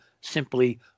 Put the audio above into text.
simply